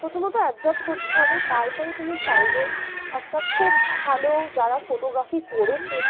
প্রথমত অ্যাবজর্ব করতে হবে তার পরে তুমি চাইলে একটা খুব ভালো যারা ফটোগ্রাফি করেছে